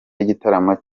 y’igitaramo